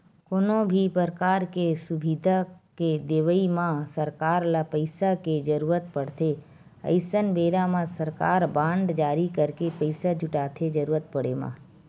कोनो भी परकार के सुबिधा के देवई म सरकार ल पइसा के जरुरत पड़थे अइसन बेरा म सरकार बांड जारी करके पइसा जुटाथे जरुरत पड़े म